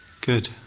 Good